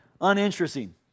uninteresting